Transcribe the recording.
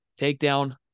takedown